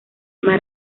más